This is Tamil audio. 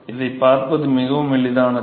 இதைப் பார்ப்பது மிகவும் எளிதானது